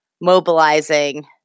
mobilizing